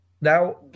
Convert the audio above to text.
Now